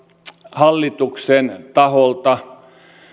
hallituksen taholta